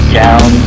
down